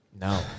No